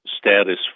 status